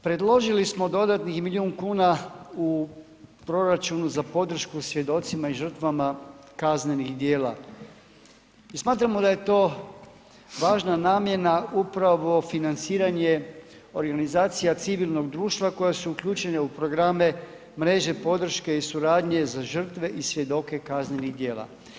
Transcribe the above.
Predložili smo dodatnih milijun kuna u proračunu za podršku svjedocima i žrtvama kaznenih djela jer smatramo da je to važna namjena upravo financiranje organizacija civilnog društva koja su uključene u programe mreže podrške i suradnje za žrtve i svjedoke kaznenih djela.